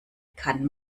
kann